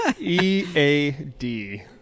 E-A-D